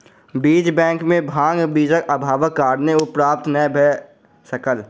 बीज बैंक में भांग बीजक अभावक कारणेँ ओ प्राप्त नै भअ सकल